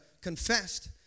confessed